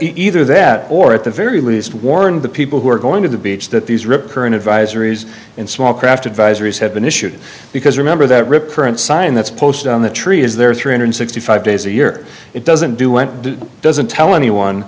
either that or at the very least warned the people who were going to the beach that these rip current advisories and small craft advisories have been issued because remember that rip current sign that's posted on the tree is there three hundred sixty five days a year it doesn't do won't do doesn't tell anyone